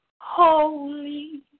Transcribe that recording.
Holy